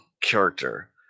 character